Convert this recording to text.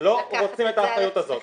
לקחת את זה על עצמכם.